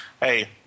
Hey